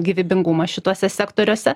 gyvybingumą šituose sektoriuose